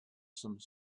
some